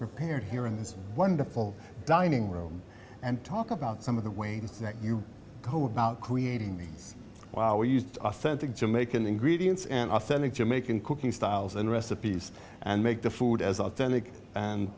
prepared here in this wonderful dining room and talk about some of the way you go about creating well used authentic jamaican ingredients and authentic jamaican cooking styles and recipes and make the food as authentic and